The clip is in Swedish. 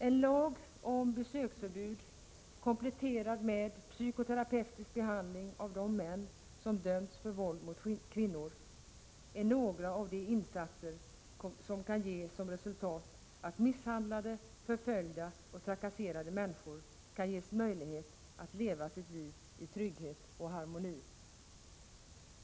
En lag om besöksförbud, kompletterad med bl.a. psykoterapeutisk behandling av de män som dömts för våld mot kvinnor, är några av de insatser som kan ge som resultat att misshandlade, förföljda och trakasserade människor kan ges möjlighet att leva sitt liv i trygghet och harmoni.